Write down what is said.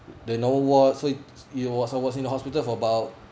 then another ward so it it was I was in the hospital for about